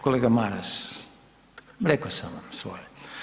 Kolega Maras rekao sam vam svoje.